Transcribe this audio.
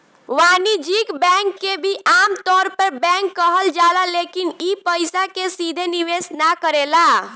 वाणिज्यिक बैंक के भी आमतौर पर बैंक कहल जाला लेकिन इ पइसा के सीधे निवेश ना करेला